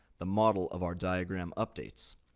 the model of our diagram updates.